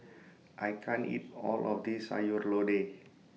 I can't eat All of This Sayur Lodeh